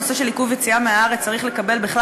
הנושא של עיכוב יציאה מהארץ צריך לקבל בכלל